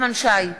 נחמן שי,